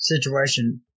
situation